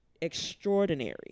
extraordinary